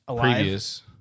previous